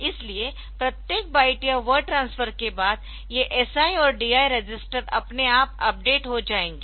इसलिए प्रत्येक बाइट या वर्ड ट्रांसफर के बाद ये SI और DI रजिस्टर अपने आप अपडेट हो जाएंगे